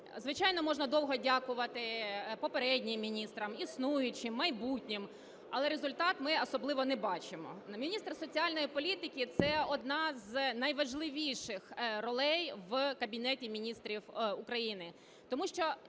Звичайно, можна довго дякувати попереднім міністрам, існуючим, майбутнім, але результат ми особливо не бачимо. Міністр соціальної політики – це одна з найважливіших ролей в Кабінеті Міністрів України.